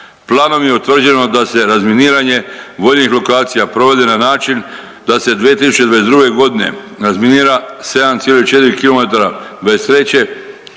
Planom je utvrđeno da se razminiranje vojnih lokacija provodi na način da se 2022. g. razminira 7,4 kilometara,